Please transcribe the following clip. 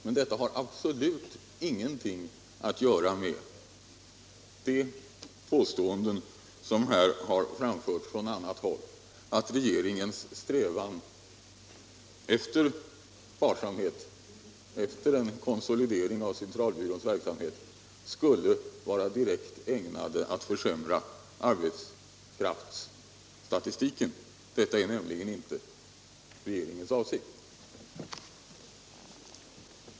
Men detta har absolut ingenting att göra med de påståenden som här har framförts från annat håll, att regeringens strävan efter sparsamhet, efter en konsolidering av centralbyråns verksamhet, skulle vara direkt ägnade att försämra arbetskraftsstatistiken. Detta är nämligen inte regeringens avsikt.